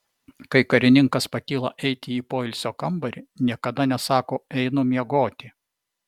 kai karininkas pakyla eiti į poilsio kambarį niekada nesako einu miegoti